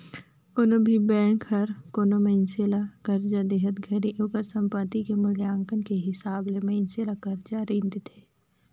कोनो भी बेंक हर कोनो मइनसे ल करजा देहत घरी ओकर संपति के मूल्यांकन के हिसाब ले मइनसे ल करजा रीन देथे